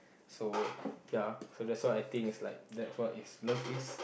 so ya so that's what I think is like that's what is love is